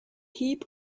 heap